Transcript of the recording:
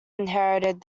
inherited